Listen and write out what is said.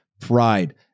pride